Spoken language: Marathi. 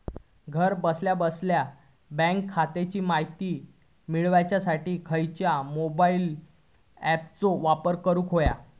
घरा बसल्या बसल्या बँक खात्याची माहिती मिळाच्यासाठी खायच्या मोबाईल ॲपाचो वापर करूक होयो?